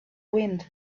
wind